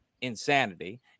insanity